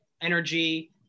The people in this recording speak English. energy